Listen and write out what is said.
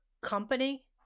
company